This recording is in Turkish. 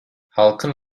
halkın